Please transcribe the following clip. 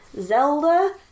Zelda